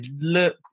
look